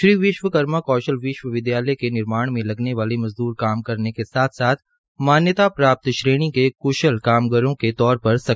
श्री विश्वकर्मा कौशल विश्वविद्यालय के निर्माण में लगने वाले मजद्र काम करने के साथ साथ मान्यता प्राप्त श्रेणी के क्शल कामगारों के तौर पर सक्षम बनेंगे